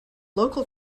local